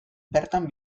bertan